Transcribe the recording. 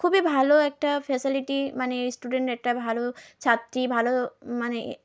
খুবই ভালো একটা ফেসিলিটি মানে স্টুডেন্ট একটা ভালো ছাত্রী ভালো মানে